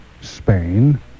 Spain